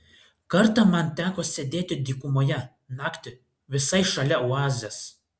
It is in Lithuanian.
kartą man teko sėdėti dykumoje naktį visai šalia oazės